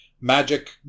magic